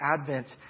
advent